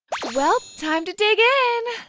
well, time to dig in!